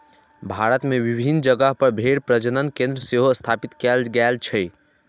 भारत मे विभिन्न जगह पर भेड़ प्रजनन केंद्र सेहो स्थापित कैल गेल छै